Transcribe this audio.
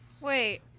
Wait